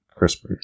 CRISPR